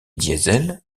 diesel